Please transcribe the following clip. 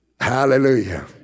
Hallelujah